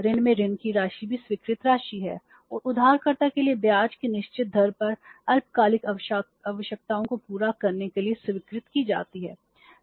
ऋण में ऋण की राशि भी स्वीकृत राशि है और उधारकर्ता के लिए ब्याज की निश्चित दर पर अल्पकालिक आवश्यकताओं को पूरा करने के लिए स्वीकृत की जाती है